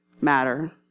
matter